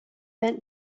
bent